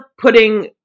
putting